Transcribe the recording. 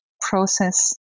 process